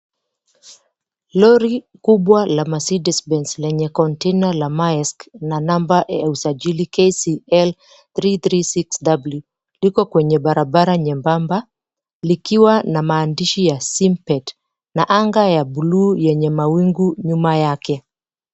Lori kubwa la "Mercedes Benz" lenye container la "Maersk" na namba ya usajili "KCL336W" liko kwenye barabara nyembamba likiwa na maandishi ya "Simpet" na anga ya bluu yenye mawingu nyuma yake.